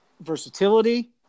versatility